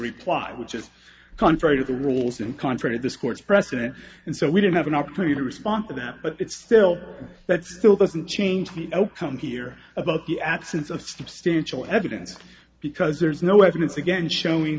reply which is contrary to the rules and content of this court's precedent and so we didn't have an opportunity to respond to that but it's still that still doesn't change the outcome here about the absence of substantial evidence because there's no evidence again showing